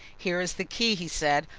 here is the key, he said.